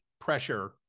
pressure